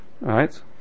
Right